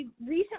recently